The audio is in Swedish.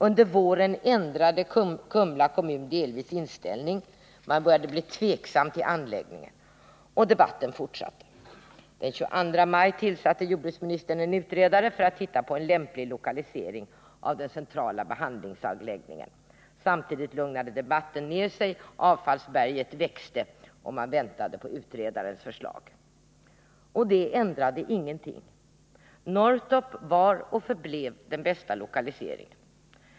Under våren ändrade Kumla kommun delvis inställning, man började bli tveksam till anläggningen. Och debatten fortsatte. Den 22 maj tillsatte jordbruksdepartementet en utredare för att titta på en lämplig lokalisering av den centrala behandlingsanläggningen. Samtidigt lugnade debatten ner sig. Avfallsberget växte, och man väntade på utredarens förslag. Utredarens förslag ändrade ingenting — Norrtorp var och förblev den bästa lokaliseringen.